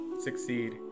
succeed